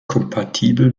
kompatibel